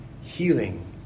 healing